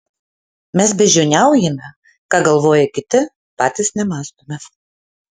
mes beždžioniaujame ką galvoja kiti patys nemąstome